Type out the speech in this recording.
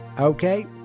Okay